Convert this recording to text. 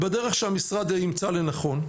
בדרך שהמשרד ימצא לנכון.